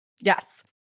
Yes